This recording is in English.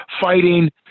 fighting